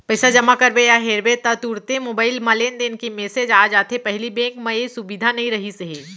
पइसा जमा करबे या हेरबे ता तुरते मोबईल म लेनदेन के मेसेज आ जाथे पहिली बेंक म ए सुबिधा नई रहिस हे